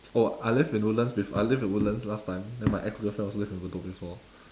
oh I lived in woodlands before I lived in woodlands last time then my ex girlfriend also live in bedok before